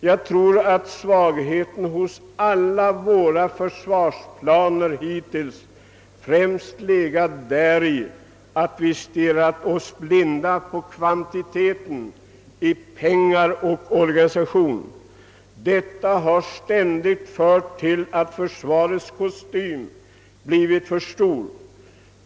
Jag tror att svagheten hos alla våra försvarsplaner hittills främst legat däri, att vi stirrat oss blinda på kvantiteten i pengar och organisation. Detta har ständigt lett till att försvarets kostym blivit för stort tilltagen.